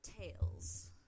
tails